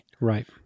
Right